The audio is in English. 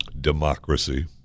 Democracy